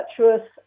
virtuous